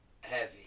heavy